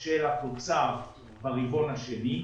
של התוצר ברבעון השני.